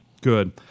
Good